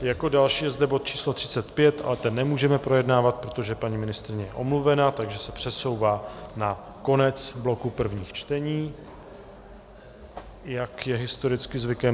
Jako další je zde bod číslo 35, ale ten nemůžeme projednávat, protože paní ministryně je omluvena, takže se přesouvá na konec bloku prvních čtení, jak je historicky zvykem.